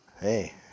Hey